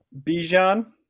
Bijan